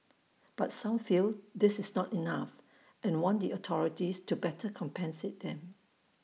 but some feel this is not enough and want the authorities to better compensate them